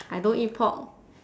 I don't eat pork